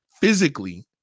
Physically